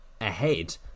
ahead